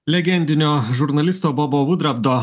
legendinio žurnalisto bobo vudrabdo